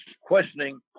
questioning